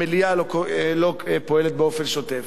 המליאה לא פועלת באופן שוטף.